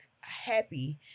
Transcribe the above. happy